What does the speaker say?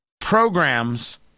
programs